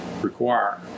require